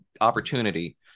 opportunity